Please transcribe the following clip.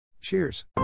Cheers